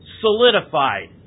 solidified